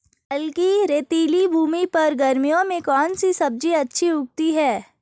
हल्की रेतीली भूमि पर गर्मियों में कौन सी सब्जी अच्छी उगती है?